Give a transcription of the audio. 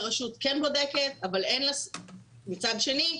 הרשות כן בודקת ומצד שני,